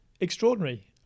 Extraordinary